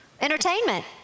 entertainment